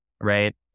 right